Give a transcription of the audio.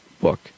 book